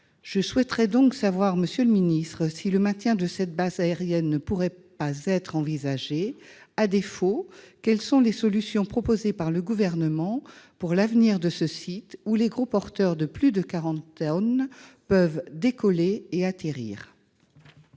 Je souhaiterais donc savoir si le maintien de cette base aérienne ne pourrait pas être envisagé. À défaut, quelles sont les solutions proposées par le Gouvernement pour l'avenir de ce site, où les gros-porteurs de plus de 40 tonnes peuvent décoller et atterrir ?